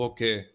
Okay